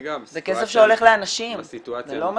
זה כסף שהולך לאנשים, זה לא משכורות,